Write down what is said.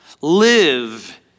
Live